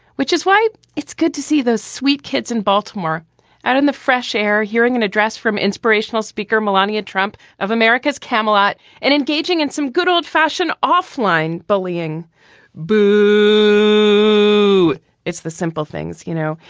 which is why it's good to see those sweet kids in baltimore and in the fresh air hearing an address from inspirational speaker melania trump of america's camelot and engaging in some good old fashioned off line bullying boo it's the simple things, you know.